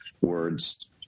words